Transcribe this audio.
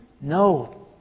No